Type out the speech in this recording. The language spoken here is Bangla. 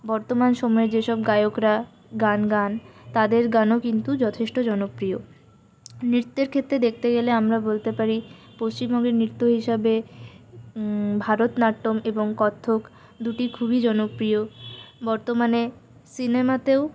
বর্তমান সময়ে যেসব গায়করা গান গান তাদের গানও কিন্তু যথেষ্ট জনপ্রিয় নৃত্যের ক্ষেত্রে দেখতে গেলে আমরা বলতে পারি পশ্চিমবঙ্গের নৃত্য হিসাবে ভারতনাট্যম এবং কত্থক দুটি খুবই জনপ্রিয় বর্তমানে সিনেমাতেও